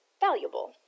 Valuable